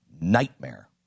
nightmare